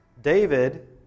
David